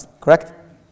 correct